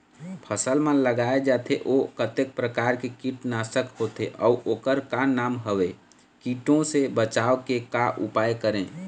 फसल म लगाए जाथे ओ कतेक प्रकार के कीट नासक होथे अउ ओकर का नाम हवे? कीटों से बचाव के का उपाय करें?